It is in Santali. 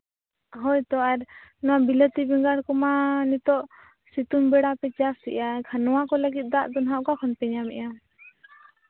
ᱦᱳᱭ ᱛᱚ ᱟᱨ ᱱᱚᱣᱟ ᱵᱤᱞᱟᱹᱛᱤ ᱵᱮᱸᱜᱟᱲ ᱠᱚᱢᱟ ᱱᱤᱛᱚᱜ ᱥᱤᱛᱩᱝ ᱵᱮᱲᱟ ᱯᱮ ᱪᱟᱥ ᱮᱫᱼᱟ ᱮᱱᱠᱷᱟᱱ ᱱᱚᱣᱟ ᱠᱚ ᱞᱟᱹᱜᱤᱫ ᱫᱟᱜ ᱫᱚ ᱦᱟᱸᱜ ᱚᱠᱟ ᱠᱷᱚᱱ ᱯᱮ ᱧᱟᱢ ᱮᱫᱼᱟ